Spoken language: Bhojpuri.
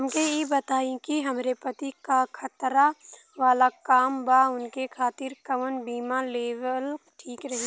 हमके ई बताईं कि हमरे पति क खतरा वाला काम बा ऊनके खातिर कवन बीमा लेवल ठीक रही?